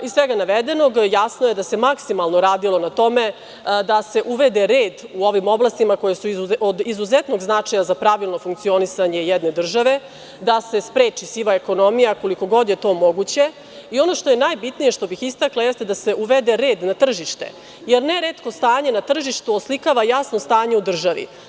Iz svega navedenog, jasno je da se maksimalno radilo na tome da se uvede red u ovim oblastima koje su od izuzetnog značaja za pravilno funkcionisanje jedne države, da se spreči siva ekonomija koliko god je to moguće i ono što je najbitnije, što bih istakla, jeste da se uvede red na tržište, jer neretko stanje na tržištu oslikava jasno stanje u državi.